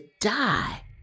die